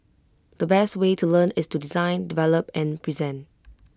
the best way to learn is to design develop and present